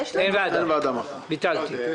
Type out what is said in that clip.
אין מחר ישיבת ועדה, ביטלתי אותה.